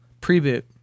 Pre-boot